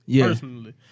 personally